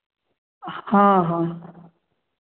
हाँ हाँ